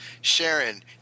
Sharon